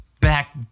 back